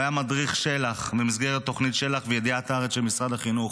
הוא היה מדריך של"ח במסגרת תכנית של"ח וידיעת הארץ של משרד החינוך.